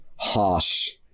harsh